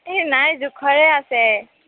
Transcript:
এ নাই জোখৰে আছে